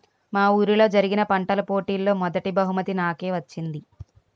మా వూరిలో జరిగిన పంటల పోటీలలో మొదటీ బహుమతి నాకే వచ్చింది